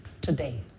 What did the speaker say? today